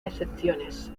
excepciones